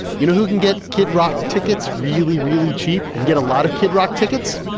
you know who can get kid rock tickets really, really cheap and get a lot of kid rock tickets?